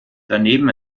daneben